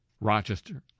Rochester